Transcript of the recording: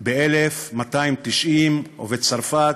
ב-1290 ובצרפת